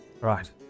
Right